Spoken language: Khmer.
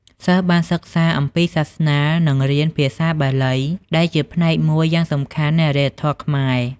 សិស្សបានសិក្សាអំពីសាសនានិងរៀនភាសាបាលីដែលជាផ្នែកមួយយ៉ាងសំខាន់នៃអរិយធម៌ខ្មែរ។